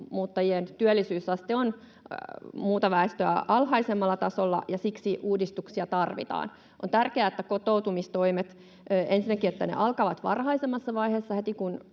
maahanmuuttajien työllisyysaste on muuta väestöä alhaisemmalla tasolla, ja siksi uudistuksia tarvitaan. On tärkeää, että kotoutumistoimet ensinnäkin alkavat varhaisemmassa vaiheessa, heti,